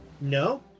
No